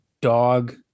*Dog*